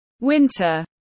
Winter